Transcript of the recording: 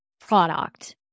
product